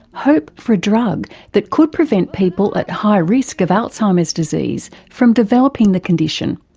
hope for a drug that could prevent people at high risk of alzheimer's disease from developing the condition.